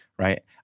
right